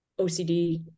OCD